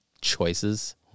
choices